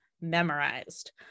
memorized